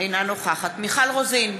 אינה נוכחת מיכל רוזין,